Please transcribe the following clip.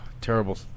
terrible